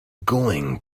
going